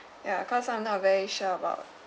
ya cause I'm not very sure about